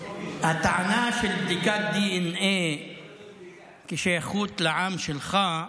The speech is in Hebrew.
הטענה של בדיקת דנ"א כשייכות לעם שלך,